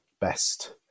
best